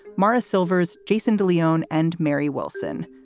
mara silvers, jason de leon and mary wilson.